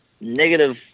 negative